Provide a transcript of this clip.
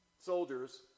Soldiers